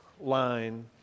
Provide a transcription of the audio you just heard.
line